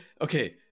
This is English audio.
okay